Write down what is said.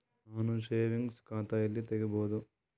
ನಾನು ಸೇವಿಂಗ್ಸ್ ಖಾತಾ ಎಲ್ಲಿ ತಗಿಬೋದು?